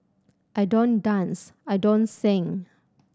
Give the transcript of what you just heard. I don't dance I don't sing